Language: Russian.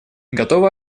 готовы